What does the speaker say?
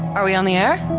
are we on the air?